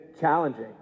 challenging